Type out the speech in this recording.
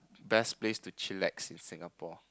best place to chillax in Singapore